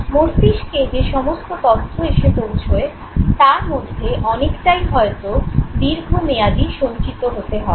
মস্তিষ্কে যে সমস্ত তথ্য এসে পৌঁছয় তার মধ্যে অনেকটাই হয়তো দীর্ঘ মেয়াদি সঞ্চিত হতে হবে